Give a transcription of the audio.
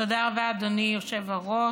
תודה רבה, אדוני היושב-ראש.